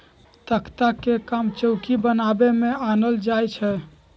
तकख्ता के काम चौकि बनाबे में आनल जाइ छइ